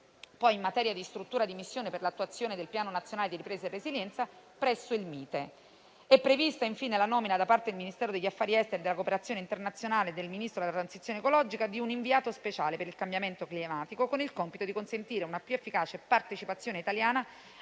poi in materia di struttura di missione per l'attuazione del Piano nazionale di ripresa e resilienza presso il Mite. È prevista, infine, la nomina da parte del Ministero degli affari esteri e della cooperazione internazionale e del Ministro della transizione ecologica di un inviato speciale per il cambiamento climatico, con il compito di consentire una più efficace partecipazione italiana